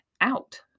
out